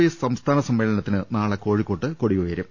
I സംസ്ഥാന സമ്മേളനത്തിന് നാളെ കോഴിക്കോട്ട് കൊടിയുയരും